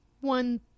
one